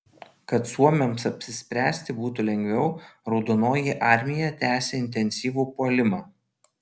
kad suomiams apsispręsti būtų lengviau raudonoji armija tęsė intensyvų puolimą